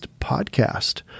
podcast